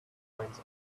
finds